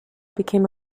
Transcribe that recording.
became